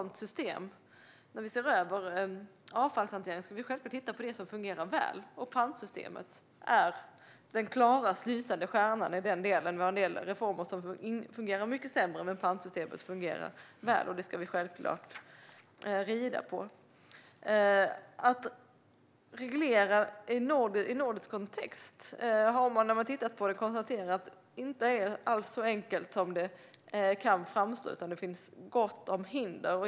När vi ser över avfallshanteringen ska vi självklart titta på det som fungerar väl. Pantsystemet är den klarast lysande stjärnan i den delen. Vi har en del reformer som fungerar mycket sämre. Men pantsystemet fungerar väl, och det ska vi självklart rida på. Det har talats om att reglera i nordisk kontext. När man har tittat på det har man konstaterat att det inte alls är så enkelt som det kan framstå. Det finns gott om hinder.